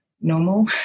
normal